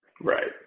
Right